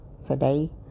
today